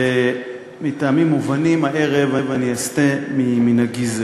ומטעמים מובנים הערב אני אסטה ממנהגי זה.